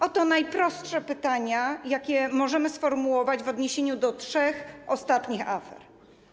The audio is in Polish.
Oto najprostsze pytania, jakie możemy sformułować w odniesieniu do trzech ostatnich afer.